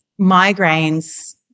migraines